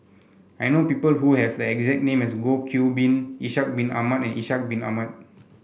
I know people who have the exact name as Goh Qiu Bin Ishak Bin Ahmad and Ishak Bin Ahmad